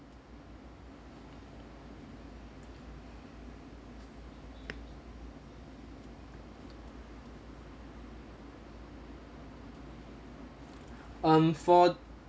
um for